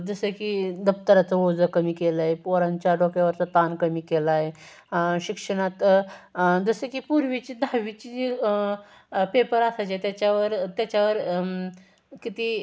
जसं की दप्तराचं ओझं कमी केलं आहे पोरांच्या डोक्यावरचा ताण कमी केला आहे शिक्षणात जसं की पूर्वीची दहावीची जी पेपर असायचे त्याच्यावर त्याच्यावर किती